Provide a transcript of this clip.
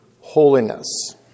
holiness